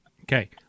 Okay